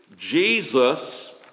Jesus